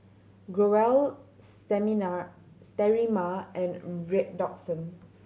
Growell Sterimar and Redoxon